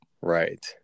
Right